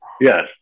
Yes